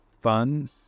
fun